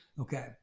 Okay